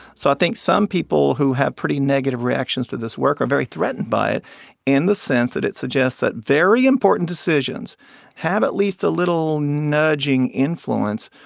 so i think some people who have pretty negative reactions to this work are very threatened by it in the sense that it suggests that very important decisions have at least a little nudging influence